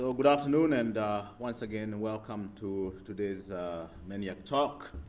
so good afternoon, and once again, welcome to today's maniac talk.